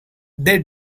they